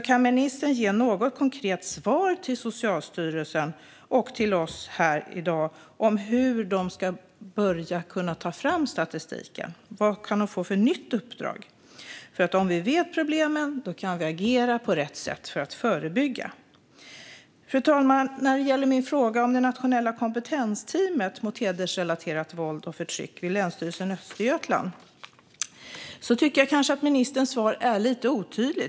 Kan ministern alltså ge något konkret svar till Socialstyrelsen - och till oss här i dag - gällande hur de ska kunna börja ta fram statistiken? Vad kan de få för nytt uppdrag? Om vi känner till problemen kan vi nämligen agera på rätt sätt för att förebygga dem. Fru talman! När det gäller min fråga om det nationella kompetensteamet mot hedersrelaterat våld och förtryck vid Länsstyrelsen i Östergötlands län tycker jag kanske att ministerns svar är lite otydligt.